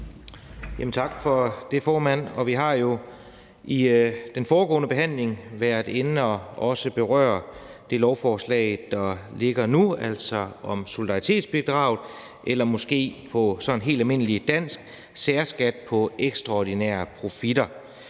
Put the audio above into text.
Tak for det, formand. Vi har jo i den foregående behandling været inde at berøre det lovforslag, der ligger nu, altså om solidaritetsbidraget, eller måske på sådan helt almindeligt dansk: særskat på ekstraordinære profitter.